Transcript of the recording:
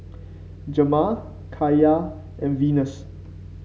Jamar Kaiya and Venus